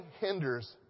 hinders